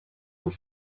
aux